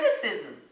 criticism